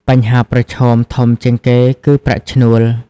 បញ្ហាប្រឈមធំជាងគេគឺ ប្រាក់ឈ្នួល។